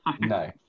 No